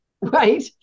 right